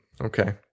okay